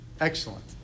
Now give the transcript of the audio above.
excellent